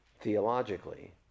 theologically